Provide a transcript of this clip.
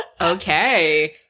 Okay